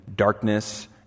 darkness